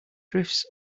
drifts